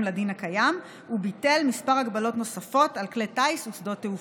לדין הקיים וביטל כמה הגבלות נוספות על כלי טיס ושדות תעופה.